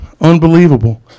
unbelievable